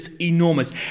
enormous